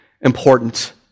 important